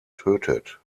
tötet